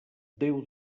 déu